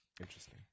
Interesting